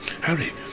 Harry